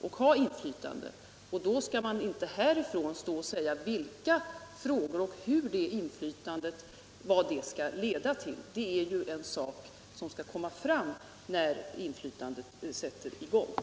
Då skall man inte härifrån uttala sig om vilka frågor detta skall avse och vad det skall leda till. Det är ju något som man skall komma fram till när inflytande börjar utövas.